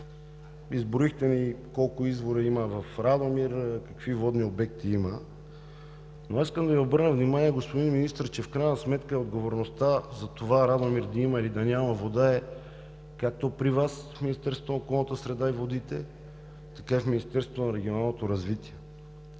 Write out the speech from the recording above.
Изброихте ни колко извора има в Радомир, какви водни обекти има, но аз искам да Ви обърна внимание, господин Министър, че в крайна сметка отговорността за това Радомир да има или да няма вода е както при Вас в Министерството на околната среда и водите, така и в Министерството на регионалното развитие